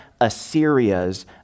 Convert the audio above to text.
Assyria's